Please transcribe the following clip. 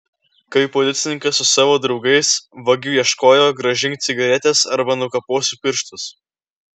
kaip policininkas su savo draugais vagių ieškojo grąžink cigaretes arba nukaposiu pirštus